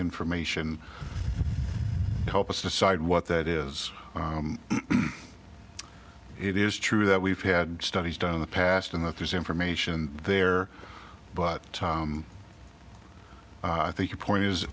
information to help us decide what that is it is true that we've had studies done in the past and that there's information there but i think your point is